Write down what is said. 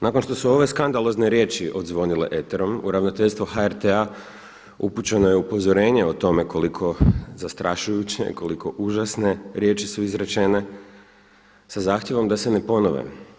Nakon što su ove skandalozne riječi odzvonile eterom u ravnateljstvo HRT-a upućeno je upozorenje o tome koliko zastrašujuće, koliko užasne riječi su izrečene sa zahtjevom da se ne ponove.